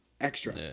extra